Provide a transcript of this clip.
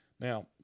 now